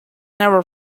never